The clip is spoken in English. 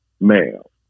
male